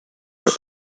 were